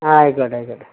ആ ആയിക്കോട്ടെ ആയിക്കോട്ടെ